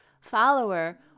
follower